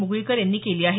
मुगळीकर यांनी केली आहे